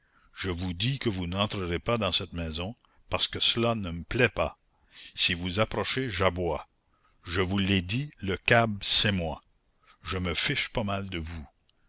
je vous dis que vous n'entrerez pas dans cette maison parce que cela ne me plaît pas si vous approchez j'aboie je vous l'ai dit le cab c'est moi je me fiche pas mal de vous